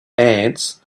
ants